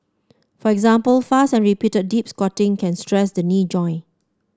for example fast and repeated deep squatting can stress the knee joint